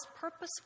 purposeful